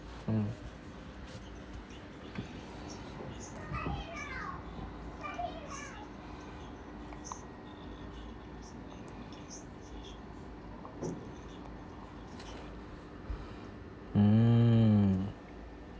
mm mm